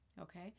Okay